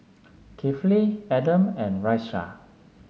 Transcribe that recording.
Kifli Adam and Raisya